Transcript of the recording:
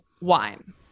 wine